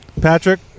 Patrick